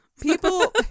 People